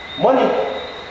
Money